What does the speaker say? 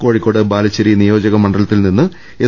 കോഴിക്കോട് ബാലുശ്ശേരി നിയോജക മണ്ഡലത്തിൽനിന്ന് എസ്